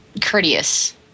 courteous